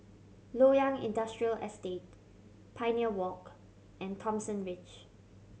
Loyang Industrial Estate Pioneer Walk and Thomson Ridge